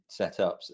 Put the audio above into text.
setups